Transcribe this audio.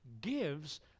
gives